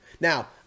Now